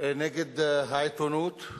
נגד העיתונות,